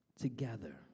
together